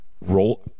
roll